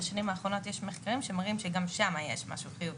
בשנים האחרונות יש מחקרים שמראים שגם שם יש משהו חיובי.